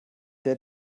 der